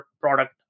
product